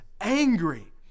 angry